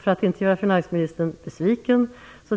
För att inte göra finansministern besviken